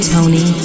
Tony